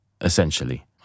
essentially